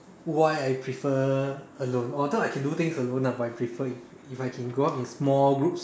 why I prefer alone although I can do things alone lah but I prefer if I can go out in small groups